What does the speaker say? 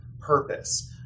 purpose